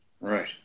Right